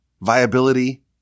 viability